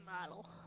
model